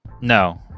no